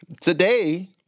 today